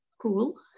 cool